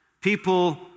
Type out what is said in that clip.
people